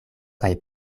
kaj